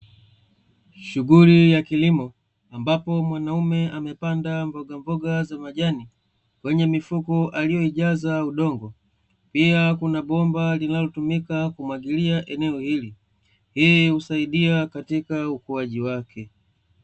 Shughuli ya kilimo ambapo mwanaume amepanda mbogamboga za majani kwenye mifuko aliyoijaza udongo, pia kuna bomba linalotumika kumwagilia eneo hili, hii husaidia kwenye ukuaji wake.